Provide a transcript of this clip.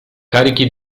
carichi